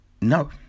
No